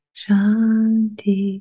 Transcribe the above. Shanti